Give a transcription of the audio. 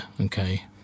Okay